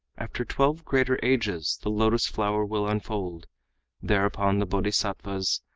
after twelve greater ages the lotus-flower will unfold thereupon the bodhisattvas,